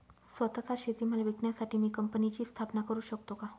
स्वत:चा शेतीमाल विकण्यासाठी मी कंपनीची स्थापना करु शकतो का?